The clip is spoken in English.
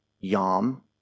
Yom